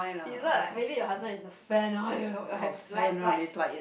he's not like maybe your husband is a fan have like like